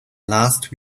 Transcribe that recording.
last